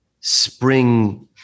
spring